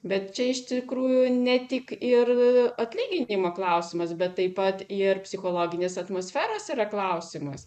bet čia iš tikrųjų ne tik ir atlyginimo klausimas bet taip pat ir psichologinės atmosferos yra klausimas